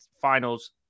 finals